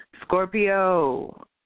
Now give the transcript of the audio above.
Scorpio